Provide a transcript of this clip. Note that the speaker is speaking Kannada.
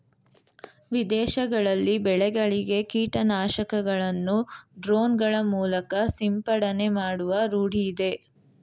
ವಿದೇಶಗಳಲ್ಲಿ ಬೆಳೆಗಳಿಗೆ ಕೀಟನಾಶಕಗಳನ್ನು ಡ್ರೋನ್ ಗಳ ಮೂಲಕ ಸಿಂಪಡಣೆ ಮಾಡುವ ರೂಢಿಯಿದೆ